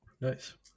Nice